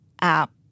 app